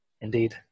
Indeed